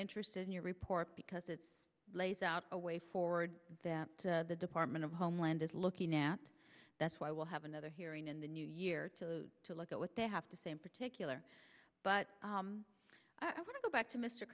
interested in your report because it's lays out a way forward that the department of homeland is looking at that's why we'll have another hearing in the new year to to look at what they have to say in particular but i want to go back to mr